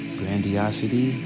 grandiosity